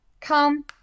come